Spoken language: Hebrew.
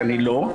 כי אני לא,